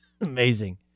Amazing